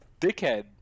Dickhead